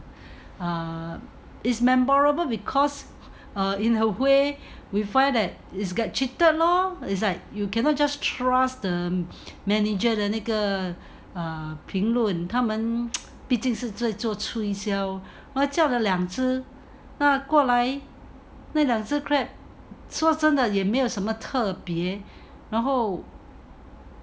err is memorable because uh in a way we find that is get cheated lor it's like you cannot just trust the manager 的那个 err 评论他们毕竟是在做推销还叫了两只那过来那两只 crab 说真的也没有什么特别然后